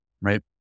right